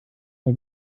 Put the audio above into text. mal